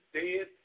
dead